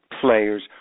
players